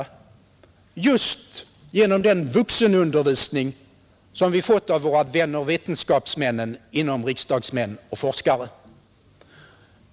Detta har skett genom den vuxenundervisning som vi fått av våra vänner vetenskapsmännen bland Riksdagsmän och forskare.